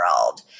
world